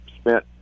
spent